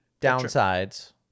downsides